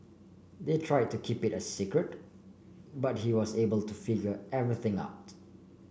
they tried to keep it a secret but he was able to figure everything out